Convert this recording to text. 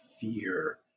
fear